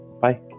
Bye